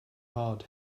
hard